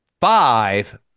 Five